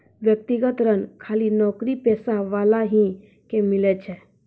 व्यक्तिगत ऋण खाली नौकरीपेशा वाला ही के मिलै छै?